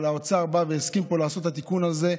אבל האוצר הסכים פה לעשות את התיקון הזה,